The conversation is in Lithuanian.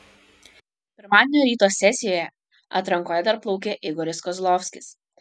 pirmadienio ryto sesijoje atrankoje dar plaukė igoris kozlovskis